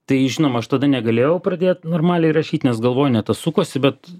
tai žinoma aš tada negalėjau pradėt normaliai rašyt nes galvoj ne tas sukosi bet